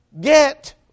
get